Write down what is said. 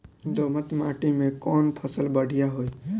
दोमट माटी में कौन फसल बढ़ीया होई?